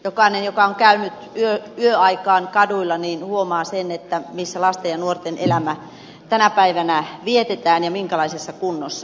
jokainen joka on käynyt yöaikaan kaduilla huomaa sen missä lasten ja nuorten elämä tänä päivänä vietetään ja minkälaisessa kunnossa